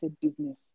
business